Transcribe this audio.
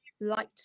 light